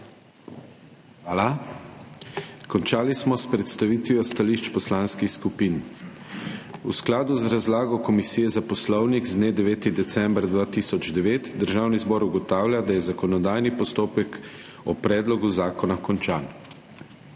Hvala. Končali smo s predstavitvijo stališč poslanskih skupin. V skladu z razlago Komisije za poslovnik z dne 9. decembra 2009Državni zbor ugotavlja, da je zakonodajni postopek o Predlogu zakona končan.